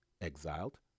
exiled